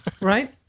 right